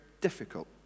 difficult